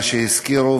מה שהזכירו,